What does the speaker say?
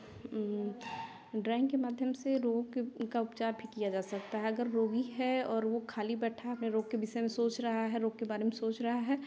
drawing के माध्यम से रोगों के का उपचार भी किया जा सकता है अगर रोगी है और वह खाली बैठा अपने रोग के विषय में सोच रहा है रोग के बारे में सोच रहा है